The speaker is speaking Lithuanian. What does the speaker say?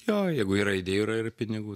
jo jeigu yra idėjų yra ir pinigų